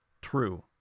true